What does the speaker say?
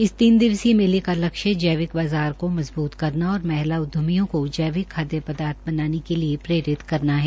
इस तीन दिवसीय मेले का लक्ष्य जैविक बाज़ार को मजबूत करना और महिला उद्यमियों को जैविक खाद्य पदार्थ बनाने के लिए प्रेरित करना है